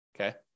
Okay